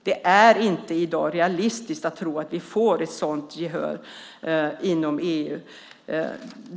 Det är inte i dag realistiskt att tro att vi får ett sådant gehör inom EU.